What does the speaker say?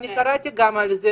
ואני גם קראתי על זה,